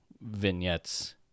vignettes